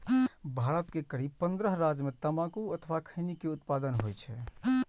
भारत के करीब पंद्रह राज्य मे तंबाकू अथवा खैनी के उत्पादन होइ छै